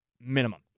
minimum